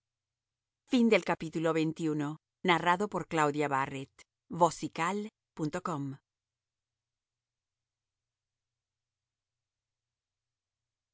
lanza por las